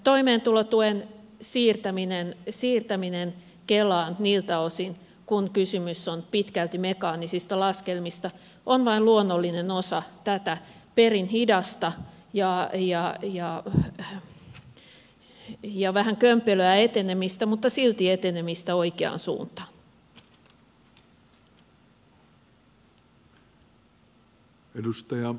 toimeentulotuen siirtäminen kelaan niiltä osin kuin kysymys on pitkälti mekaanisista laskelmista on vain luonnollinen osa tätä perin hidasta ja vähän kömpelöä etenemistä mutta silti etenemistä oikeaan suuntaan